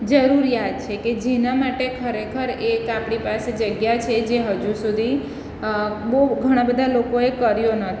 જરૂરિયાત છે કે જેના માટે ખરેખર એક આપણી પાસે જગ્યા છે જે હજુ સુધી બહુ ઘણાં બધા લોકોએ કર્યો નથી